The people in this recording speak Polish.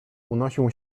unosił